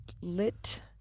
lit